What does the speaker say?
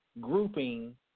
grouping